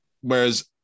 Whereas